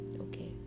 okay